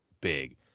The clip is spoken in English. big